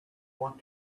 want